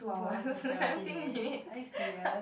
two hours and seventeen minutes are you serious